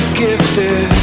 gifted